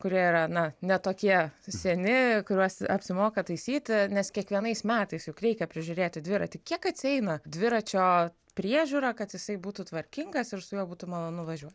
kurie yra na ne tokie seni kuriuos apsimoka taisyti nes kiekvienais metais juk reikia prižiūrėti dviratį kiek atsieina dviračio priežiūra kad jisai būtų tvarkingas ir su juo būtų malonu važiuot